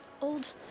old